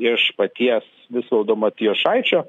iš paties visvaldo matijošaičio